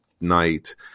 night